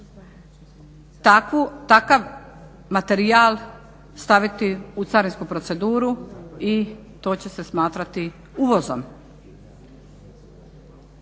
takav materijal staviti u carinsku proceduru i to će se smatrati uvozom.